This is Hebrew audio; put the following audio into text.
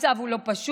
המצב הוא לא פשוט,